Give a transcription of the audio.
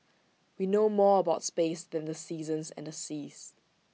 we know more about space than the seasons and the seas